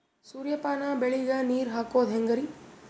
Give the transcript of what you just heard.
ಸೂರ್ಯಪಾನ ಬೆಳಿಗ ನೀರ್ ಹಾಕೋದ ಹೆಂಗರಿ?